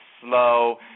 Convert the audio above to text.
slow